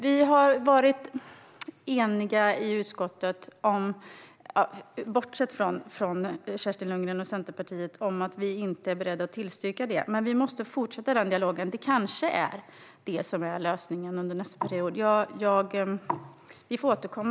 Vi har varit eniga i utskottet - bortsett från Kerstin Lundgren och Centerpartiet - om att vi inte är beredda att tillstyrka en sådan beredning. Men vi måste fortsätta den dialogen. Det är kanske lösningen under nästa period. Vi får återkomma.